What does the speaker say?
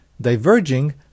diverging